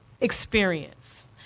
experience